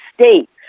state